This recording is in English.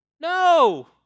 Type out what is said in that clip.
No